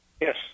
Yes